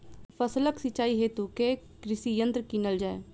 फसलक सिंचाई हेतु केँ कृषि यंत्र कीनल जाए?